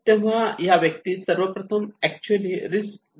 तेव्हा ह्या व्यक्तीने सर्वप्रथम ऍक्च्युली रिस्क घेत आहे